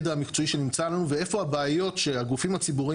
סיסו שיצא - המחמאות הן גם הולכות לכל עובדי משרד החוץ